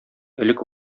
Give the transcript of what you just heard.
элек